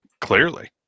Clearly